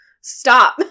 Stop